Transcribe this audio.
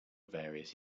various